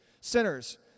sinners